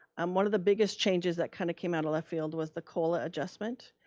um one of the biggest changes that kind of came out of left field was the cola adjustment.